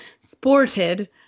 sported